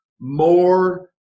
more